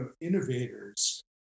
innovators